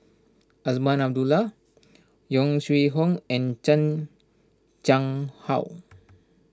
Azman Abdullah Yong Shu Hoong and Chan Chang How